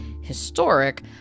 historic